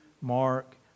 Mark